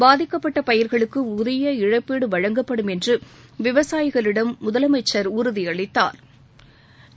பாதிக்கப்பட்ட பயிர்களுக்கு உரிய இழப்பீடு வழங்கப்படும் என்று விவசாயிகளிடம் முதலமைச்ச் உறுதியளித்தாா்